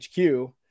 HQ